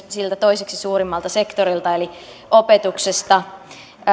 siltä toiseksi suurimmalta sektorilta eli opetuksesta